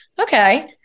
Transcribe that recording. okay